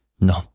No